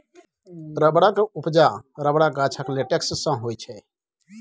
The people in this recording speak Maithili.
रबरक उपजा रबरक गाछक लेटेक्स सँ होइ छै